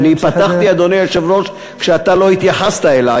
אני פתחתי, אדוני היושב-ראש, כשאתה לא התייחסת אלי